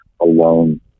alone